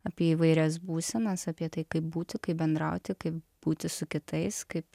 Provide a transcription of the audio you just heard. apie įvairias būsenas apie tai kaip būti kaip bendrauti kaip būti su kitais kaip